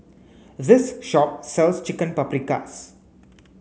this shop sells Chicken Paprikas